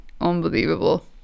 unbelievable